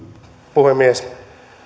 puhemies